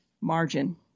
margin